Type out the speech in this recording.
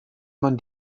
man